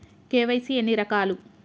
KYC ఎన్ని రకాలు?